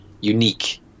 unique